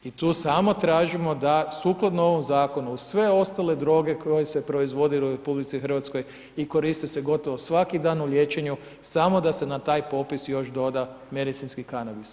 I tu samo tražimo da sukladno ovom Zakonu, uz sve ostale droge koje se proizvode u Republici Hrvatskoj i koriste se gotovo svaki dan u liječenju, samo da se na taj popis još doda medicinski kanabis.